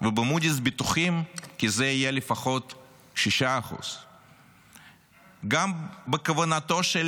ובמודי'ס בטוחים כי זה יהיה לפחות 6%. גם בכוונתו של